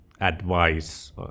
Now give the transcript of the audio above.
advice